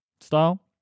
style